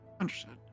Understood